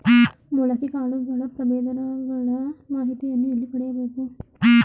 ಮೊಳಕೆ ಕಾಳುಗಳ ಪ್ರಭೇದಗಳ ಬಗ್ಗೆ ಮಾಹಿತಿಯನ್ನು ಎಲ್ಲಿ ಪಡೆಯಬೇಕು?